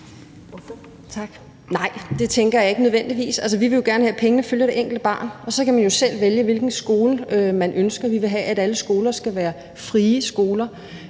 Nej, det tænker jeg ikke nødvendigvis. Altså, vi vil gerne have, at pengene følger det enkelte barn, og så kan man jo selv vælge, hvilken skole man ønsker. Vi vil have, at alle skoler skal være frie skoler.